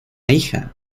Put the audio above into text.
hija